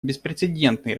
беспрецедентные